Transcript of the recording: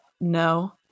No